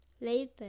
later